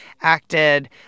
acted